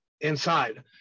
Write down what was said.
inside